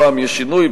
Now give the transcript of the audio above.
הפעם יש שינוי,